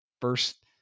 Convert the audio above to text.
first